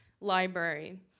library